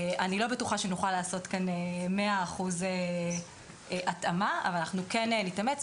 אני לא בטוחה שנוכל לעשות כאן מאה אחוזים התאמה אבל אנחנו כן נתאמץ.